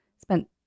spent